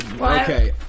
Okay